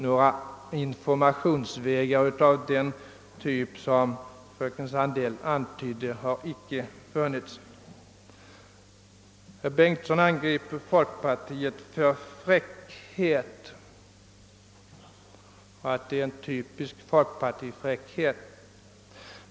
Några informationer den väg som fröken Sandell antydde har vi inte fått. Herr Bengtsson angrep folkpartiet för fräckhet — han talade om en typisk folkpartifräckhet.